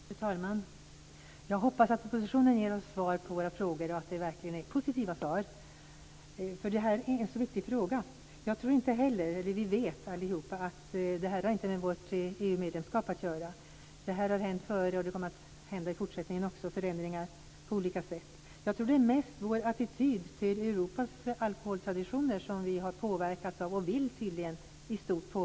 Fru talman! Jag hoppas att propositionen ger svar på våra frågor och att de verkligen är positiva svar, för det här är en så viktig fråga. Vi vet att detta inte har med vårt EU-medlemskap att göra. Det här har hänt före, och det kommer att hända förändringar i fortsättningen också. Jag tror att det mest är vår attityd till Europas alkoholtraditioner som vi har påverkats av och vill tydligen påverkas av.